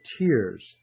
tears